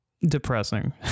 depressing